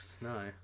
No